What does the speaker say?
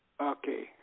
okay